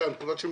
נקלטות.